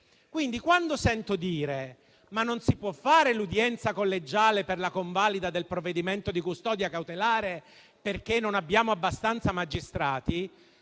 Quando sento dire che non si può fare l'udienza collegiale per la convalida del provvedimento di custodia cautelare perché non abbiamo abbastanza magistrati